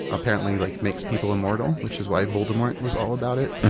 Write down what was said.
apparently, like makes people immortal, which is why voldemort was all about it, or,